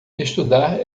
estudar